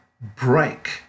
break